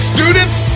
Students